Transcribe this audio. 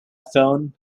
phone